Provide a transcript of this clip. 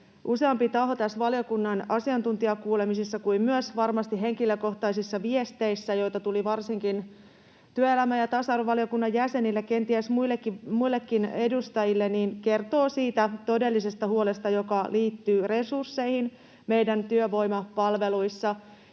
näissä valiokunnan asiantuntijakuulemisissa kuin varmasti myös henkilökohtaisissa viesteissä, joita tuli varsinkin työelämä- ja tasa-arvovaliokunnan jäsenille, kenties muillekin edustajille, kertoo siitä todellisesta huolesta, joka liittyy resursseihin meidän työvoimapalveluissa.